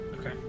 Okay